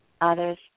others